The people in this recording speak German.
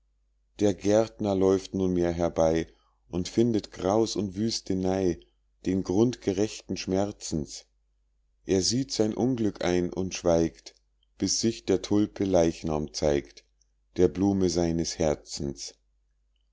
der gärtner läuft nunmehr herbei und findet graus und wüstenei den grund gerechten schmerzens er sieht sein unglück ein und schweigt bis sich der tulpe leichnam zeigt der blume seines herzens